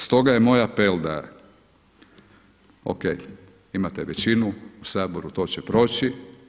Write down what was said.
Stoga je moj apel, o.k. imate većinu u Saboru, to će proći.